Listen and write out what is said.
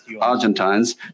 Argentines